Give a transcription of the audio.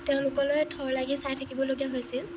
তেওঁলোকলৈ থৰ লাগি চাই থাকিবলগীয়া হৈছিল